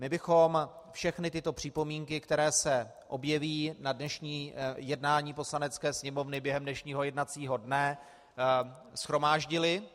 My bychom všechny tyto připomínky, které se objeví na dnešním jednání Poslanecké sněmovny během dnešního jednacího dne, shromáždili.